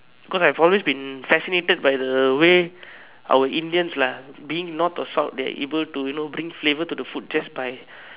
cause I've always been fascinated by the way our Indians lah being North or South they are able to you know bring flavour to the food just by